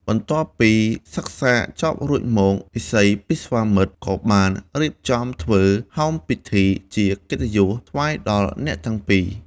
បន្ទាប់ពីសិក្សាចប់រួចមក ឥសីពិស្វាមិត្រក៏បានរៀបចំធ្វើ ហោមពិធីជាកិត្តិយសថ្វាយដល់អ្នកទាំងពីរ។